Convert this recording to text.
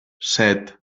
set